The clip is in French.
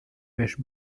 mèche